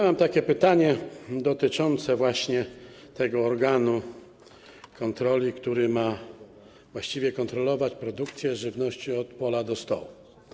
Mam takie pytanie dotyczące tego organu kontroli, który ma właściwie kontrolować produkcję żywności od pola do stołu.